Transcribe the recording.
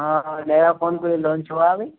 हाँ नया फोन कोई लॉन्च हुआ है अभी